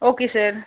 okay sir